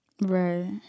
right